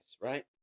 right